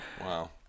Wow